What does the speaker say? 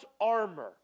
armor